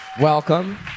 welcome